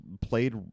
played